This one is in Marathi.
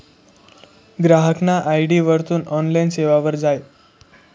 ग्राहकना आय.डी वरथून ऑनलाईन सेवावर जाय